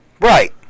Right